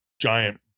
giant